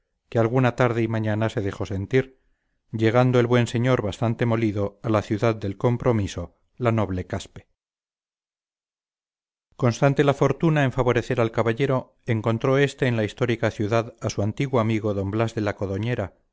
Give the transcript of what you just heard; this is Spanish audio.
que alguna tarde y mañana se dejó sentir llegando el buen señor bastante molido a la ciudad del compromiso la noble caspe constante la fortuna en favorecer al caballero encontró este en la histórica ciudad a su antiguo amigo d blas de la